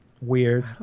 weird